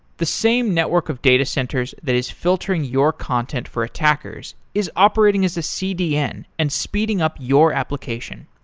the same network of data centers that is filtering your content for attackers is operating as a cdn and speeding up your application.